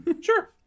Sure